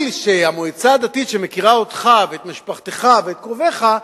כדי שהמועצה הדתית שמכירה אותך ואת משפחתך ואת קרוביך,